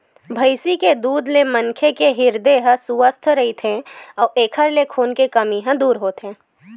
भइसी के दूद ले मनखे के हिरदे ह सुवस्थ रहिथे अउ एखर ले खून के कमी ह दूर होथे